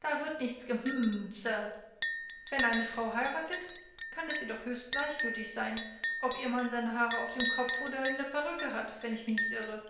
da wird nichts gehmt sir wenn eine frau heiratet kann es ihr doch höchst gleichgültig sein ob ihr mann seine haare auf dem kopfe oder in der perücke hat wenn ich mich nicht irre